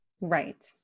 Right